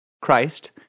Christ